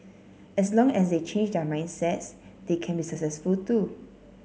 as long as they change their mindsets they can be successful too